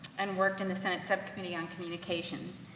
and worked in the senate subcommittee on communications.